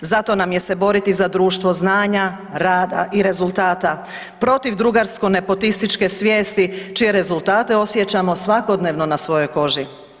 Zato nam je se boriti za društvo znanja, rada i rezultata, protiv drugarsko-nepotističke svijesti čije rezultate osjećamo svakodnevno na svojoj koži.